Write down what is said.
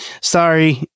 Sorry